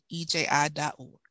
eji.org